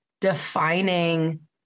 defining